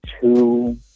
two